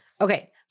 Okay